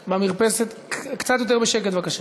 במרפסת, קצת יותר בשקט בבקשה.